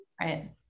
right